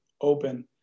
open